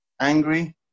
angry